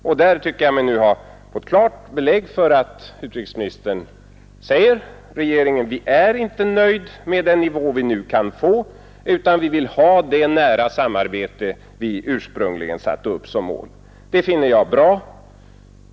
Och där tycker jag mig ha fått klart belägg för att denna målsättning fortfarande gäller genom att utrikesministern säger att regeringen inte är nöjd med den nivå vi nu kan få utan vill ha det nära samarbete som vi ursprungligen satte upp som mål. Det finner jag bra.